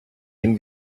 dem